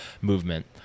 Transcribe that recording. movement